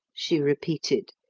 she repeated.